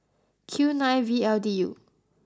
Q nine V L D U